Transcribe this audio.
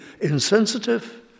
insensitive